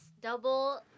Double